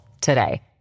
today